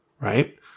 right